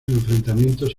enfrentamientos